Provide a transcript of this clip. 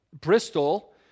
Bristol